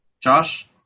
Josh